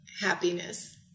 happiness